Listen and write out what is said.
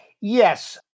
Yes